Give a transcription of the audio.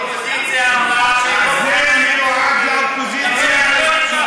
האופוזיציה אמרה שהיא, זה מיועד לאופוזיציה.